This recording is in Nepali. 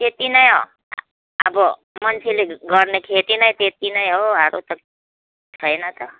त्यति नै हो अब मान्छेले गर्ने खेती नै त्यति नै हो अरू त छैन त